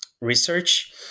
research